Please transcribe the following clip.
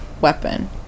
weapon